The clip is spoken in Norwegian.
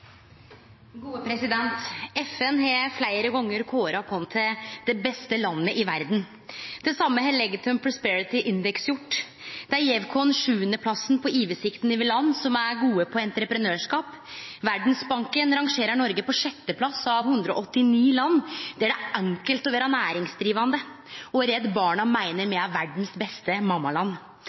gode på entreprenørskap. Verdsbanken rangerer Noreg på sjetteplass av 189 land der det er enkelt å vere næringsdrivande. Redd Barna meiner me er verdas beste mammaland.